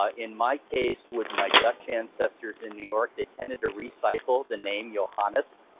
ah in my case, with my dutch ancestors in new york, they tended to recycle the name johannes.